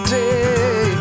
day